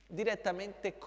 direttamente